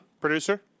producer